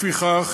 לפיכך,